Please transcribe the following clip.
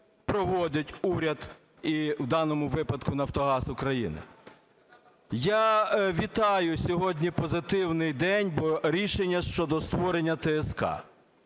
проводить уряд, і в даному випадку Нафтогаз України. Я вітаю, сьогодні позитивний день, бо рішення щодо створення ТСК.